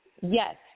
Yes